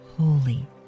holy